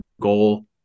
goal